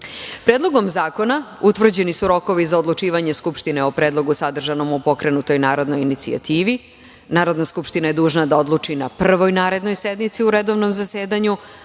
dana. Predlogom zakona utvrđeni su rokovi za odlučivanje Skupštine o predlogu sadržanom u pokrenutoj narodnoj inicijativi, Narodna Skupština je dužna da odluči na prvoj narodnoj sednici u redovnom zasedanju,